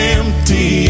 empty